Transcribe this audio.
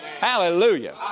Hallelujah